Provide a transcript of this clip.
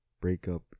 breakup